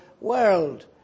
world